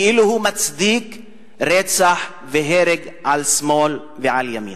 כאילו הוא מצדיק רצח והרג על שמאל ועל ימין.